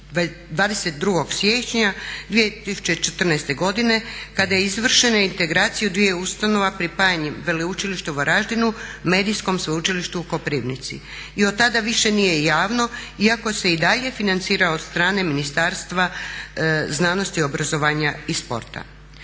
22. siječnja 2014. godine kada je izvršena integracija dviju ustanova pripajanjem Veleučilišta u Varaždinu Medijskom sveučilištu u Koprivnici i od tada više nije javno, iako se i dalje financira od strane Ministarstva znanosti, obrazovanja i sporta.